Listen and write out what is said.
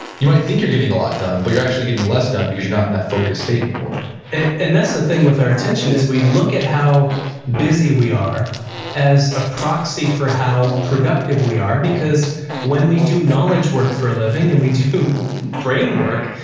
you might think you're getting a lot done but you're actually getting less done because you're not in that focused state anymore and that's the thing with our attention is we look at how busy we are as a proxy for how productive we are because when we do knowledge work for a living and we do brain work,